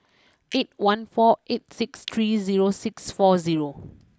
eight one four eight six three zero six four zero